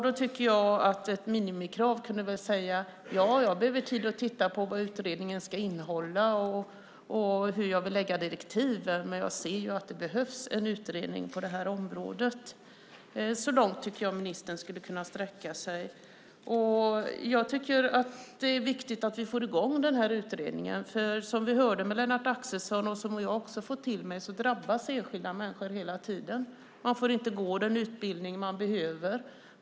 Då tycker jag att ett minimikrav kunde vara att ministern säger: Jag behöver tid att titta på vad utredningen ska innehålla och hur jag vill lägga direktiven, men jag ser ju att det behövs en utredning på det här området. Så långt tycker jag att ministern skulle kunna sträcka sig. Jag tycker att det är viktigt att vi får i gång den här utredningen. Som vi hörde av Lennart Axelsson, och som jag också har fått till mig, drabbas enskilda människor hela tiden. De får inte gå den utbildning de behöver.